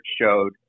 showed